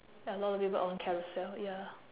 ya lor leave it on carousell ya